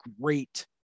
great